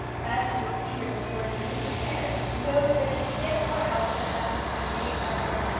as to his eagerness for an immediate marriage, no divinity in or out of the heavens could behave better.